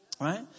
right